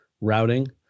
routing